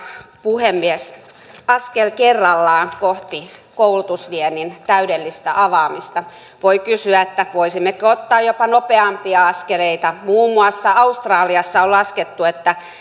puhemies askel kerrallaan kohti koulutusviennin täydellistä avaamista voi kysyä voisimmeko ottaa jopa nopeampia askeleita muun muassa australiassa on laskettu että